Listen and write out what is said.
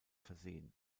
versehen